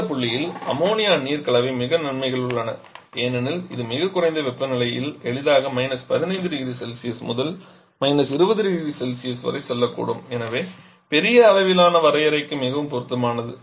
அந்த புள்ளியில் அம்மோனியா நீர் கலவை மிக நன்மைகள் உள்ளன ஏனெனில் இது மிகக் குறைந்த வெப்பநிலையில் எளிதாக −150C முதல் 20 0C வரை செல்லக்கூடும் எனவே பெரிய அளவிலான வரையறைக்கு மிகவும் பொருத்தமானது